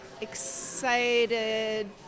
excited